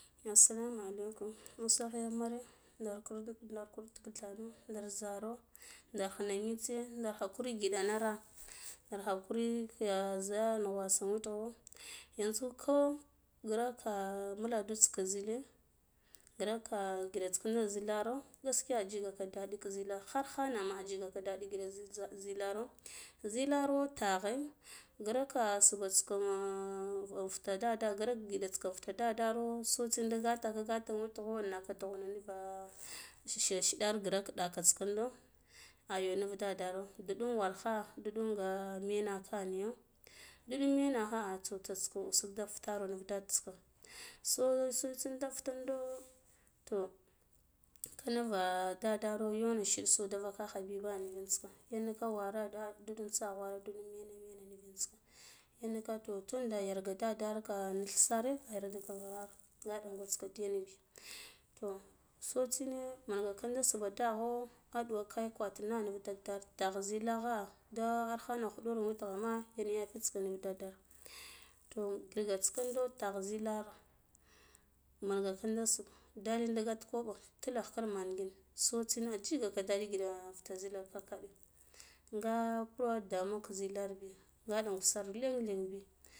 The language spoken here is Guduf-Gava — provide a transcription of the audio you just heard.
Assalamu alaikum usah ya gh mare nde kur ndarkur tidhano nda zaro ndar khina mitse ndar hakuri ngiɗana nɗar hakuri ziya nu nugwasina in witgho yanzu ko ghraka bulaadu krisk zile graka ngiɗits kinda zilaro gaskiya aji ga gaka deɗik zikkla khir khanama aji gaka daɗi ngida zul zilaro zilaro taghe grakka subhats ka in vu infita dade grako giɗe futa dadero so tsin nda gata gata in witgho naka dughno nuva shi shida ra graka data ƙindo ayo nuro dadero duɗun wirlaha duɗun nga menake nijo duɗun nija kha tso ksaska usu da fitaro nut dada kho so tsindi da futundo to kinda va dadro yona shiɗi so vava kha bi ba nivits kha yarinika wane nda nduɗum tsaghwara mene mene nivits ka yan nika to kunda yarda dedera ngile sire yardeka ghirara nga ɗangwis diyanbi to so tsine manga ka kinda subho dagho aɗuwa kaya akwatina aiva dedar tagha zilakha ndi ar khana khuɗur witgheme yan yafita kana nuf dade to a gigalats kindo tagh zilaro manga kindu subho dalda gat koɓo tila khlar mengin so tsine aji gaka ɗeɗi agiɗa fitizilar ka va ai nga kura damuwa zilari bi nga ɗen gwata sare lenglengbi.